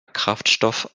kraftstoff